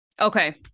Okay